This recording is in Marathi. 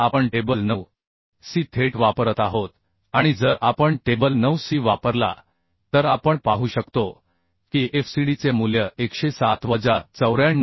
तर आपण टेबल 9 c थेट वापरत आहोत आणि जर आपण टेबल 9 सी वापरला तर आपण पाहू शकतो की FCDचे मूल्य 107 वजा 94